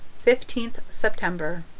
fifteenth september